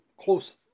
close